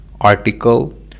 article